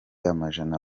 amajana